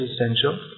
essential